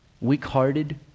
weak-hearted